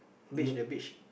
reach the beach